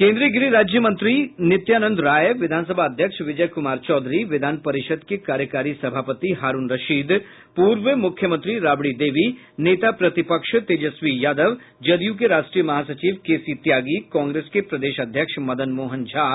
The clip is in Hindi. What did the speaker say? केन्द्रीय गृह राज्य मंत्री नित्यानंद राय विधानसभा अध्यक्ष विजय क्मार चौधरी विधान परिषद् के कार्यकारी सभापति हारूण रशीद पूर्व मुख्यमंत्री राबड़ी देवी नेता प्रतिपक्ष तेजस्वी यादव जदयू के राष्ट्रीय महासचिव केसीत्यागी कांग्रेस के प्रदेश अध्यक्ष मदन मोहन झा